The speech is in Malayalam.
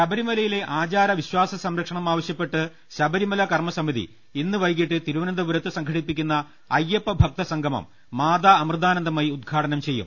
ശബരിമലയിലെ ആചാര വിശ്വാസ സംരക്ഷണം ആവശ്യപ്പെട്ട് ശബ രിമല കർമസമിതി ഇന്ന് വൈകീട്ട് തിരുവനന്തപുരത്ത് സംഘടിപ്പിക്കുന്ന അയ്യപ്പഭക്ത സംഗമം മാതാ അമൃതാനന്ദമയി ഉദ്ഘാട്നം ചെയ്യും